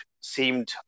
seemed